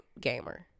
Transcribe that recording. gamer